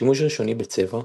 שימוש ראשוני בצבע,